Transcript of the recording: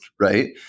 right